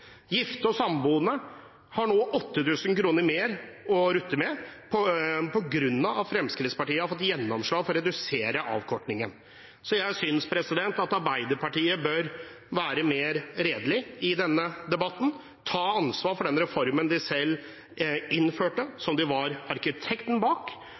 Gifte og samboende har nå 8 000 kr mer å rutte med på grunn av at Fremskrittspartiet har fått gjennomslag for å redusere avkortningen. Jeg synes at Arbeiderpartiet bør være mer redelig i denne debatten, ta ansvar for den reformen de selv innførte, som de var arkitekten bak,